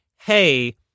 hey